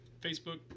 Facebook